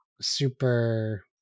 super